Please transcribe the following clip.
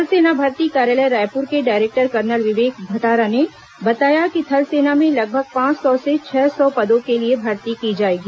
थल सेना भर्ती कार्यालय रायपुर के डायरेक्टर कर्नल विवेक भठारा ने बताया कि थल सेना में लगभग पांच सौ से छह सौ पदों के लिए भर्ती की जाएगी